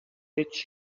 fits